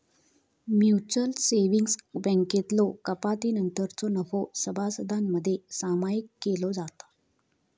mutual savings बँकेतलो कपातीनंतरचो नफो सभासदांमध्ये सामायिक केलो जाता